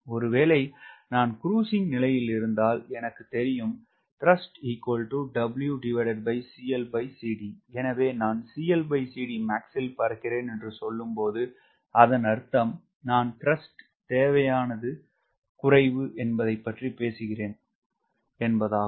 ஒருவேளை நான் க்ரூஸ் நிலையில் இருந்தால் எனக்கு தெரியும் எனவே நான் ல் பறக்கிறேன் என்று சொல்லும்போது அதன் அர்த்தம் நான் த்ரஸ்ட் தேவையானது குறைவு என்பதை பற்றி பேசுகிறேன் என்பதாகும்